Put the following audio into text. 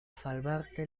salvarte